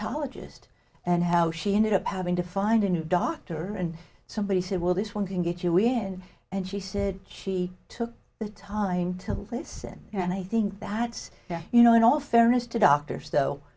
ist and how she ended up having to find a new doctor and somebody said well this one can get you in and she said she took the time to listen and i think that you know in all fairness to doctors though